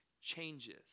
changes